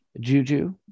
Juju